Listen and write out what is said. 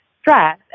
stress